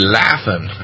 laughing